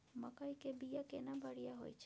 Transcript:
मकई के बीया केना बढ़िया होय छै?